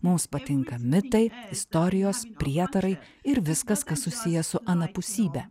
mums patinka mitai istorijos prietarai ir viskas kas susiję su anapusybe